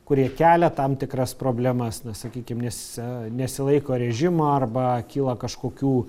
kurie kelia tam tikras problemas na sakykim nes nesilaiko režimo arba kyla kažkokių